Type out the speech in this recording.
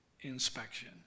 inspection